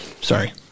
sorry